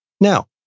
Now